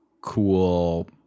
cool